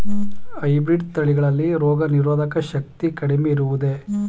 Hybrid ತಳಿಗಳಲ್ಲಿ ರೋಗನಿರೋಧಕ ಶಕ್ತಿ ಕಡಿಮೆ ಇರುವುದೇ?